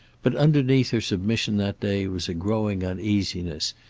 but underneath her submission that day was a growing uneasiness,